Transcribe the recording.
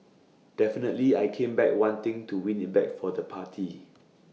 definitely I came back wanting to win IT back for the party